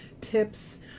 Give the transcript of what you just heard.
tips